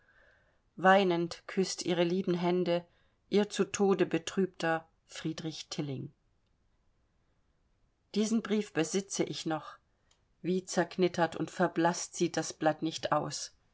weinend küßt ihre lieben hände ihr zu tode betrübter friedrich tilling diesen brief besitze ich noch wie verknittert und verblaßt sieht das blatt nicht aus